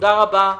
תודה רבה,